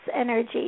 energy